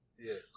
yes